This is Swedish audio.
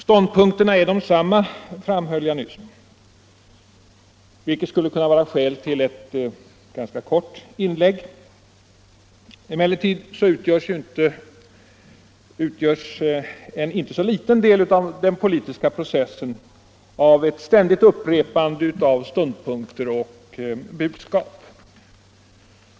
Ståndpunkterna är desamma, framhöll jag nyss, vilket skulle kunna vara skäl till ett ganska kort inlägg. Emellertid utgörs en inte så liten del av den politiska processen av ett ständigt upprepande av ståndpunkter och budskap.